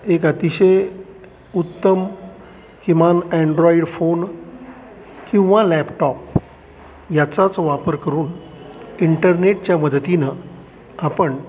एक अतिशय उत्तम किमान अँड्रॉईड फोन किंवा लॅपटॉप याचाच वापर करून इंटरनेटच्या मदतीनं आपण